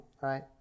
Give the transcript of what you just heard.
right